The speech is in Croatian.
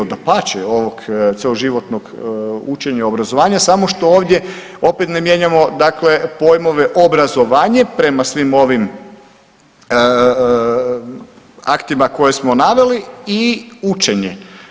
Dapače, ovog cjeloživotnog učenja, obrazovanja samo što ovdje opet ne mijenjamo dakle pojmove obrazovanje prema svim ovim aktima koje smo naveli i učenje.